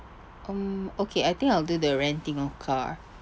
um okay I think I'll do the renting of car